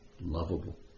lovable